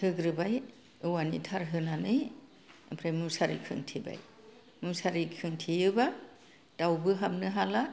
होग्रोबाय औवानि थार होनानै ओमफ्राय मुसारि खोंथेबाय मुसारि खोंथेयोब्ला दाउबो हाबनो हाला